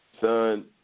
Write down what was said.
Son